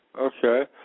Okay